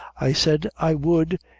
i said i would,